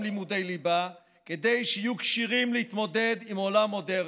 לימודי ליבה כדי שיהיו כשירים להתמודד עם עולם מודרני,